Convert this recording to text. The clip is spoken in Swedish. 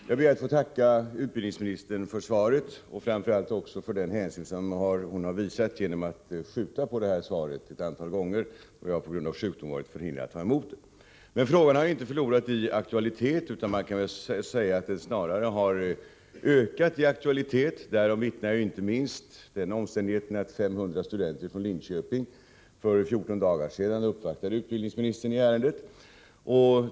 Herr talman! Jag ber att få tacka utbildningsministern för svaret och framför allt för den hänsyn hon visat genom att skjuta på svaret ett antal gånger då jag på grund av sjukdom varit förhindrad att ta emot det. Men frågan har inte förlorat i aktualitet, utan man kan väl säga att den snarare ökat i aktualitet. Därom vittnar inte minst den omständigheten att 500 studenter från Linköping för 14 dagar sedan uppvaktade utbildningsministern i ärendet.